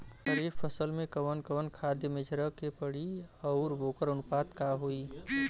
खरीफ फसल में कवन कवन खाद्य मेझर के पड़ी अउर वोकर अनुपात का होई?